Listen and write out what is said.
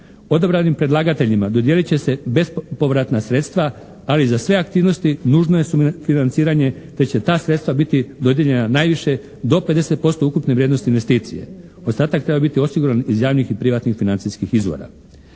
Odabranim predlagateljima dodijelit će se bespovratna sredstva, ali za sve aktivnosti nužno je sufinanciranje te će ta sredstva biti dodijeljena najviše do 50% ukupne vrijednosti investicije. Ostatak treba biti osiguran iz javnih i privatnih financijskih izvora.